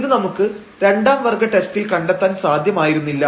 ഇത് നമുക്ക് രണ്ടാം വർഗ്ഗ ടെസ്റ്റിൽ കണ്ടെത്താൻ സാധ്യമായിരുന്നില്ല